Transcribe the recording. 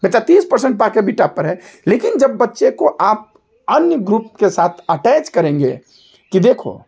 बच्चा तीस परसेंट पा कर भी टॉप पर है लेकिन जब बच्चे को आप अन्य ग्रुप के साथ अटैच करेंगे कि देखो